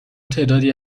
تعدادی